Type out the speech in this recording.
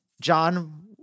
John